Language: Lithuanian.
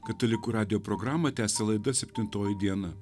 katalikų radijo programą tęsė laida septintoji diena